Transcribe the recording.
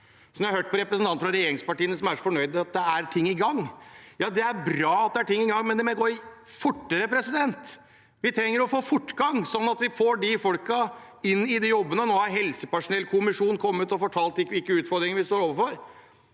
Jeg har hørt representanter fra regjeringspartiene som er så fornøyd med at det er ting i gang. Ja, det er bra at det er ting i gang, men det må gå fortere! Vi trenger å få fortgang, sånn at vi får de folkene inn i disse jobbene. Nå har helsepersonellkommisjonen kommet og fortalt hvilke utfordringer vi står overfor.